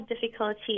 difficulty